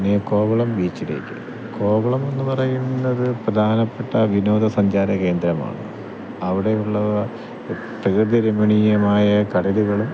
പിന്നെ കോവളം ബീച്ചിലേക്ക് കോവളം എന്ന് പറയുന്നത് പ്രധാനപ്പെട്ട വിനോദ സഞ്ചാര കേന്ദ്രമാണ് അവിടെയുള്ളവ പ്രകൃതി രമണീയമായ കടലുകളും